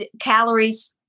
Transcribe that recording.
calories